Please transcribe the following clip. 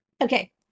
okay